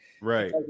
Right